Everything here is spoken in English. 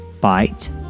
Bite